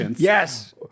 Yes